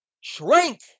shrink